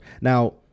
Now